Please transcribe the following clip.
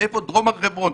ואיפה דרום הר חברון?